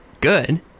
good